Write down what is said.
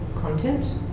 content